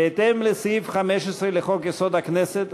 בהתאם לסעיף 15 לחוק-יסוד: הכנסת,